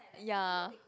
ya